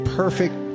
perfect